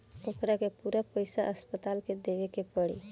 ओकरा के पूरा पईसा अस्पताल के देवे के पड़ी